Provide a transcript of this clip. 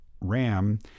RAM